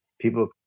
People